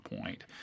point